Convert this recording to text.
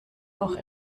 auch